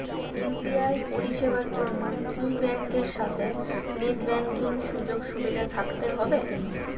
UPI পরিষেবার জন্য কি ব্যাংকের সাথে নেট ব্যাঙ্কিং সুযোগ সুবিধা থাকতে হবে?